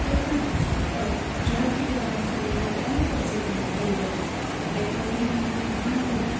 કોઈપણ ઝડપથી કોઈ વાત કરવી હોય તો અમુક જ સેકંડમાં થઈ જાય છે ટેકનોલોજીનાં કારણે ઘણાં બધા